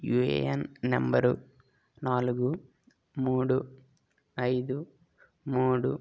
UAN number నాలుగు మూడు ఐదు మూడు